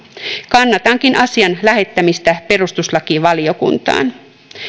kannatankin asian lähettämistä perustuslakivaliokuntaan